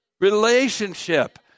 relationship